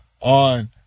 on